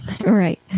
Right